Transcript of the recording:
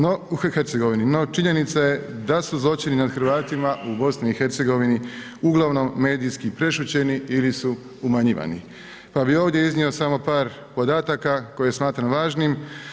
No, činjenica je da su zločini nad Hrvatima u BiH uglavnom prešućeni ili su umanjivani pa bih ovdje iznio samo par podataka koje smatram važnim.